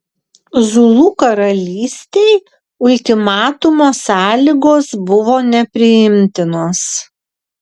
zulų karalystei ultimatumo sąlygos buvo nepriimtinos